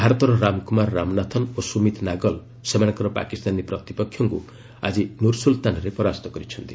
ଭାରତର ରାମକୁମାର ରାମନାଥନ ଓ ସୁମିତ ନାଗଲ ସେମାନଙ୍କର ପାକିସ୍ତାନୀ ପ୍ରତିପକ୍ଷଙ୍କୁ ଆଜି ନୁର୍ସୁଲତାନରେ ପରାସ୍ତ କରିଛନ୍ତି